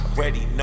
ready